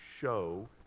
show